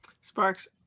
Sparks